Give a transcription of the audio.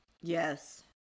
Yes